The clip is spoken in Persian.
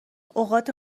اوقات